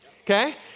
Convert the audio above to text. Okay